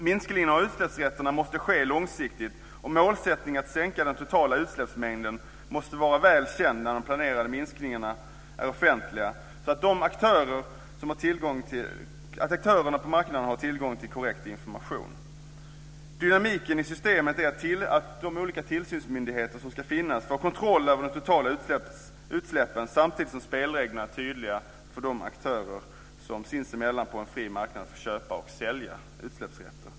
Minskningen av utsläppsrätterna måste ske långsiktigt, och målsättningen att sänka den totala utsläppsmängden måste vara väl känd där de planerade minskningarna är offentliga så att aktörerna på marknaden har tillgång till korrekt information. Dynamiken i systemet är att de tillsynsmyndigheter som ska finnas får kontroll över de totala utsläppen samtidigt som spelreglerna är tydliga för de aktörer som sinsemellan på en fri marknad får köpa och sälja utsläppsrätter.